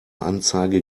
anzeige